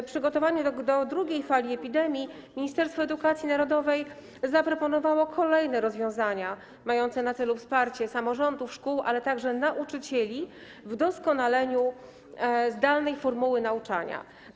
Po przygotowaniu do drugiej fali epidemii Ministerstwo Edukacji Narodowej zaproponowało kolejne rozwiązania mające na celu wsparcie samorządów, szkół, ale także nauczycieli w doskonaleniu zdalnej formuły nauczania.